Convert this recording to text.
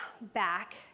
back